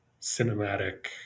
cinematic